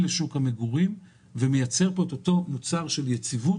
לשוק המגורים וייצר את אותו מוצר של יציבות